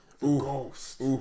ghost